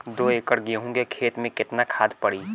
दो एकड़ गेहूँ के खेत मे केतना खाद पड़ी?